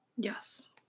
yes